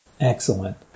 Excellent